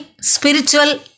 spiritual